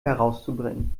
herauszubringen